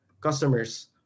customers